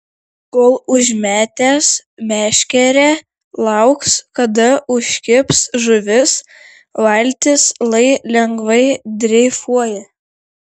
kol užmetęs meškerę lauks kada užkibs žuvis valtis lai lengvai dreifuoja